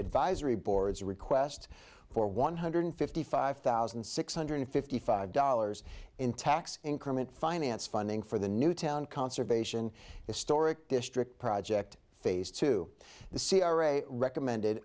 advisory boards a request for one hundred fifty five thousand six hundred fifty five dollars in tax increment finance funding for the new town conservation historic district project phase two the c r a recommended